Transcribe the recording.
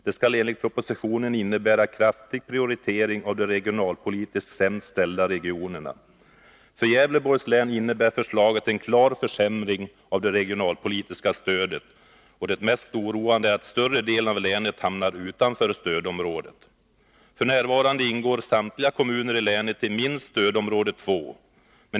Den skall enligt propositionen innebära en ”kraftig prioritering av de regionalpolitiskt sämst ställda regionerna”. För Gävleborgs län innebär förslaget en klar försämring av det regionalpolitiska stödet, och det mest oroande är att större delen av länet hamnar utanför stödområdet. F. n. ingår samtliga kommuner i länet i minst stödområde 2.